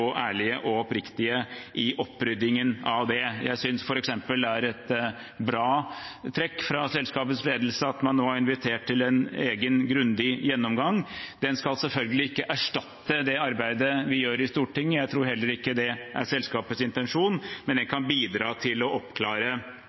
oppriktige i oppryddingen av dette. Jeg synes f.eks. det er et bra trekk fra selskapets ledelse at man nå har invitert til en egen grundig gjennomgang. Den skal selvfølgelig ikke erstatte det arbeidet vi gjør i Stortinget. Jeg tror heller ikke det er selskapets intensjon, men den kan bidra til å oppklare